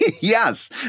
Yes